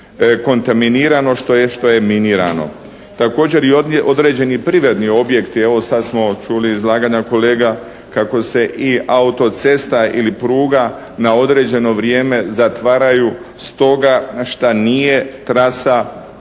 kontaminirano što je minirano. Također i određeni privredni objekti, evo sad smo čuli izlaganja kolega kako se i autocesta ili pruga na određeno vrijeme zatvaraju stoga šta nije trasa